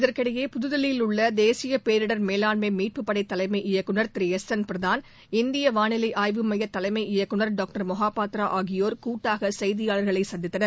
இதற்கிடையே புதுதில்லியில் உள்ள தேசிய பேரிடர் மேலாண்மை மீட்பு படை தலைமை இயக்குநர் திரு எஸ் என் பிரதான் இந்திய வானிலை ஆய்வு மைய தலைமை இயக்குநர் டாக்டர் மொகபத்ரா ஆகியோர் கூட்டாக செய்தியாளர்களை சந்தித்தனர்